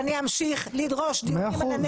אני מודיעה שאני אמשיך לדרוש דיונים על הנגב.